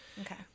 okay